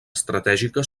estratègica